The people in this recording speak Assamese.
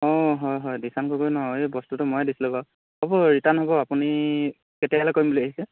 অঁ হয় হয় দিছান গগৈ ন এই বস্তুটো ময়ে দিছিলোঁ বাৰু হ'ব ৰিটাৰ্ণ হ'ব আপুনি কেতিয়ালৈ কৰিম বুলি ভাবিছে